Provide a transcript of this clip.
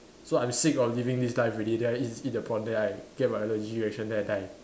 so I'm sick of living this life already then I just eat the prawn then I get my allergy reaction then I die